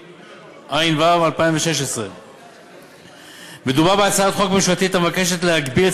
התשע"ו 2016. מדובר בהצעת חוק ממשלתית המבקשת להגביל את